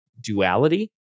duality